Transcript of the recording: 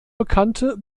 bekannte